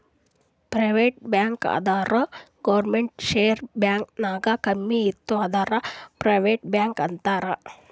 private bank ಅಂದುರ್ ಗೌರ್ಮೆಂಟ್ದು share bank ನಾಗ್ ಕಮ್ಮಿ ಇತ್ತು ಅಂದುರ್ ಪ್ರೈವೇಟ್ ಬ್ಯಾಂಕ್ ಅಂತಾರ್